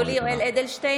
(קוראת בשמות חברי הכנסת)